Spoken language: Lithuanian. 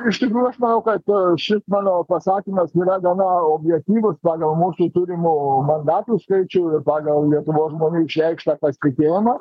iš tikrųjų aš manau kad šis mano pasakymas yra gana objektyvus pagal mūsų turimų mandatų skaičių ir pagal lietuvos žmonių išreikštą pasitikėjimą